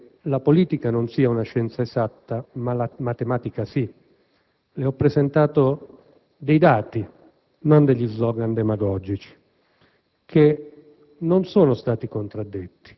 Penso che la politica non sia una scienza esatta, ma la matematica sì. Le ho presentato dei dati (non degli *slogan* demagogici)